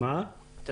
אני